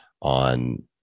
on